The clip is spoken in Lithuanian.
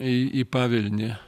į į pavilnį